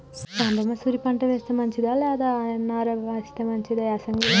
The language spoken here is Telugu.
సాంబ మషూరి పంట వేస్తే మంచిదా లేదా ఆర్.ఎన్.ఆర్ వేస్తే మంచిదా యాసంగి లో?